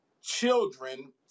children